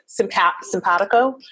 sympatico